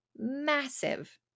massive